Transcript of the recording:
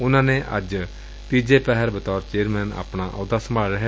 ਉਨ੍ਹਾ ਨੇ ਅੱਜ ਬਾਅਦ ਦੁਪਹਿਰ ਬਤੌਰ ਚੇਅਰਮੈਨ ਆਪਣਾ ਅਹੁੱਦਾ ਸੰਭਾਲ ਲਿਐ